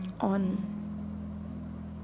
on